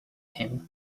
him